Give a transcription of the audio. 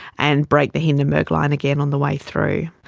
and break the hindenburg line again on the way through.